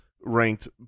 ranked